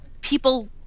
people